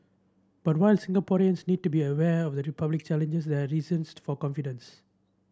but while Singaporeans need to be aware of the republic challenges they are reasons for confidence